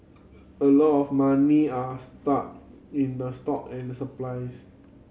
a lot of money are stuck in the stock and supplies